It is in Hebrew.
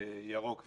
ירוק וסגול,